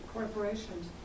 Corporations